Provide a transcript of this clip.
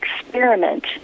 experiment